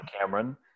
cameron